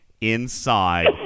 inside